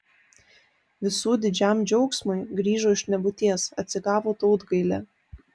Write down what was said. visų didžiam džiaugsmui grįžo iš nebūties atsigavo tautgailė